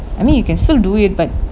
I mean you can still do it but